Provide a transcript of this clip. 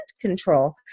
control